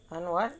உன்:un what